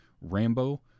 Rambo